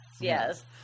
yes